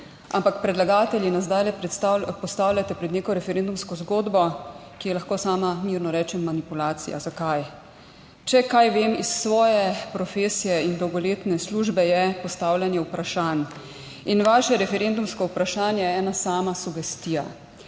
Ampak predlagatelji nas zdaj postavljate pred neko referendumsko zgodbo, ki je lahko sama, mirno rečem, manipulacija. Zakaj? Če kaj vem iz svoje profesije in dolgoletne službe, je postavljanje vprašanj. In vaše referendumsko vprašanje je ena sama sugestija.